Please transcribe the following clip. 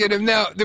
now